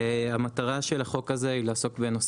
המטרה של החוק הזה היא לעסוק בנושא